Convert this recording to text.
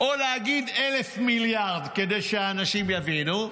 או להגיד "אלף מיליארד" כדי שאנשים יבינו.